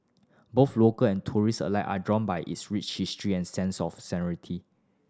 both local and tourist alike are drawn by its rich history and sense of serenity